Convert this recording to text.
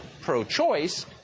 pro-choice